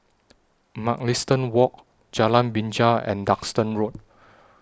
Mugliston Walk Jalan Binja and Duxton Road